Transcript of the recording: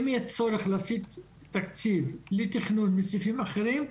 אם יהיה צורך להסיט תקציב בלי תכנון מסעיפים אחרים,